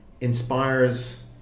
inspires